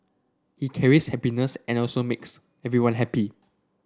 he carries happiness and also makes everyone happy